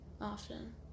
often